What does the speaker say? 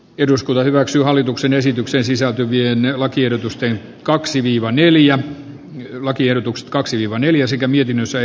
eduskunta hyväksyy hallituksen esitykseen sisältyvien lakiehdotusten kaksi viivaa neljä glaciertukset kaksi neljä rauhalan ehdotusta